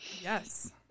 yes